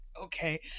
okay